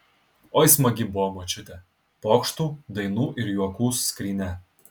oi smagi buvo močiutė pokštų dainų ir juokų skrynia